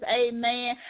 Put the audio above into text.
amen